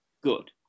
good